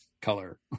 color